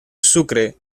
sucre